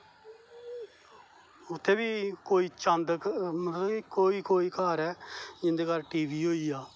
उत्थै बी कोई चंद इक मतलब कि कोई कोई घर ऐ जिंदे घर टीवी होई गेआ